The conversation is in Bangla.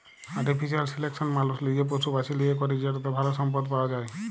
আর্টিফিশিয়াল সিলেকশল মালুস লিজে পশু বাছে লিয়ে ক্যরে যেটতে ভাল সম্পদ পাউয়া যায়